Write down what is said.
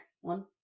One